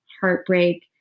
heartbreak